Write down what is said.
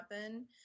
happen